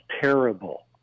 terrible